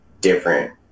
different